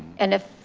and if